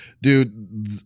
dude